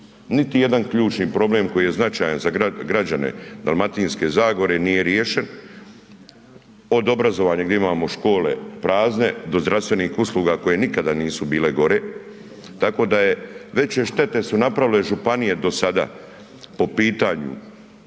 Niti jedan ključni problem koji je značajan za građane Dalmatinske zagore nije riješen, od obrazovanja gdje imamo škole prazne, do zdravstvenih usluga koje nikada nisu bile gore. Tako da je veće štete su napravile županije do sada po pitanju